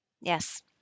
Yes